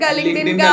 LinkedIn